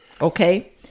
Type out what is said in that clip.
okay